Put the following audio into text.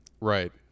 Right